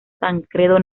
tancredo